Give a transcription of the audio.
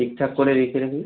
ঠিকঠাক করে রেখে দেবো